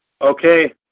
Okay